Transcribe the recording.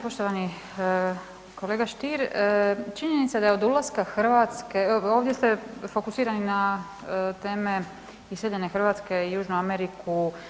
Poštovani kolega Stier, činjenica je da je od ulaska Hrvatske, ovdje ste fokusirani na teme iseljene Hrvatske i južnu Ameriku.